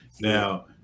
Now